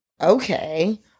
okay